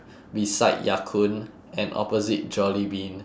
beside ya kun and opposite jollibean